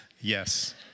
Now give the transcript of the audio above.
yes